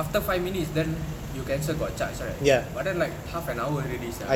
after five minutes then you cancel got charge right but then like half an hour already sia